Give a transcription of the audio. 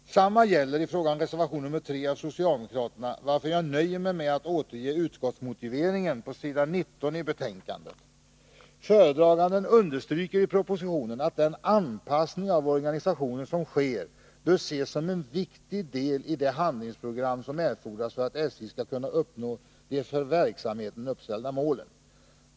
Detsamma gäller i fråga om reservation 3 av socialdemokraterna, varför jag nöjer mig med att återge utskottsmotiveringen på s. 19 i betänkandet: ”Föredraganden understryker i propositionen att den anpassning av organisationen som sker bör ses som en viktig del i det handlingsprogram som erfordras för att SJ skall kunna uppnå de för verksamheten uppställda målen.